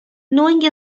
knowing